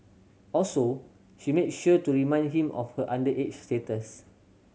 also she made sure to remind him of her underage status